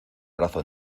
brazo